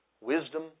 wisdom